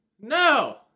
No